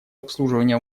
обслуживание